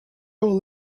all